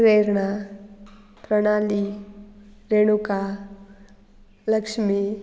Prerna Pranali Renuka Lakshmi